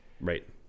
Right